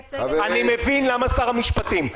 אני מבין למה שר המשפטים,